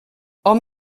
hom